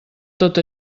tot